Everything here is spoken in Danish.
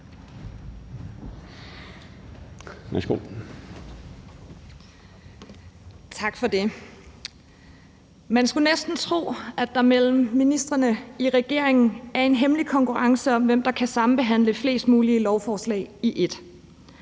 Man skulle næsten tro, at der imellem ministrene i regeringen er en hemmelig konkurrence om, hvem der kan sambehandle flest mulige lovforslag i et,